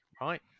right